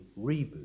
reboot